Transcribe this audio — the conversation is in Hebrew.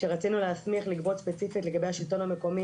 כשרצינו להסמיך לגבות ספציפית לגבי השלטון המקומי,